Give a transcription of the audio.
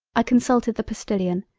i consulted the postilion,